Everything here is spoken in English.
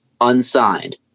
unsigned